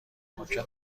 ممکن